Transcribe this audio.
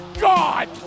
God